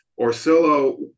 Orsillo